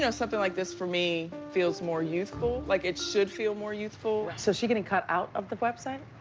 you know something like this for me feels more youthful. like it should feel more youthful. so she getting cut out of the website?